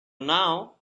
now